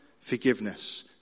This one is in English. forgiveness